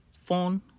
phone